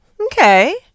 Okay